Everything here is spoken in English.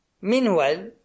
Meanwhile